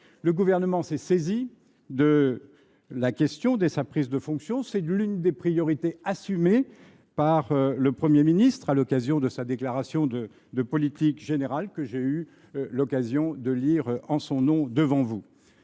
Le Gouvernement s’est saisi de la question dès sa prise de fonction. Celle ci constitue l’une des priorités assumées par le Premier ministre lors de sa déclaration de politique générale, que j’ai eu l’occasion de lire en son nom devant vous.